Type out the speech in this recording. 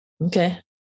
okay